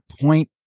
point